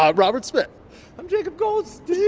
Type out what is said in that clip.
um robert smith i'm jacob goldstein